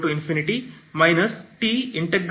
ಸಿಗುತ್ತದೆ